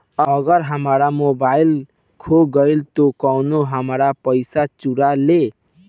अगर हमार मोबइल खो गईल तो कौनो और हमार पइसा चुरा लेइ?